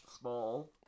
small